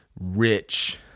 rich